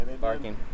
barking